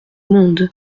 monde